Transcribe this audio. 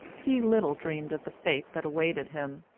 he little dreamed of the fate that awaited him!